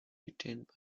retained